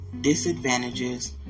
disadvantages